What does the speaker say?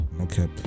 Okay